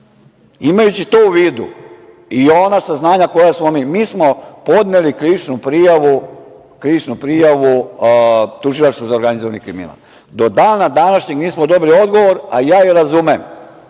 to u vidu i ona saznanja koja smo mi dali, mi smo podneli krivičnu prijavu Tužilaštvu za organizovani kriminal. Do dana današnjeg nismo dobili odgovor, a ja i razumem